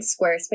Squarespace